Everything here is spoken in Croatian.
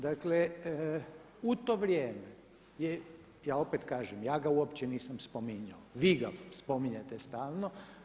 Dakle u to vrijeme ja opet kažem, ja ga uopće nisam spominjao, vi ga spominjete stalno.